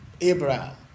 Abraham